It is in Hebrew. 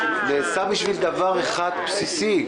נעשה בגלל דבר אחד בסיסי,